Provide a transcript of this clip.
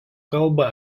kalba